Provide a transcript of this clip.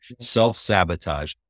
self-sabotage